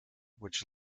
which